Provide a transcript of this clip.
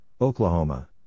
Oklahoma